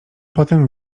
potem